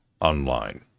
online